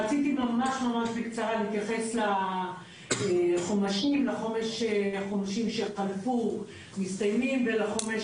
רציתי להתייחס בקצרה לחומשים שחלפו ולחומש